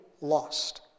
lost